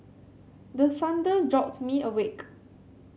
the thunder jolt me awake